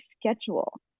schedule